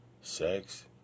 sex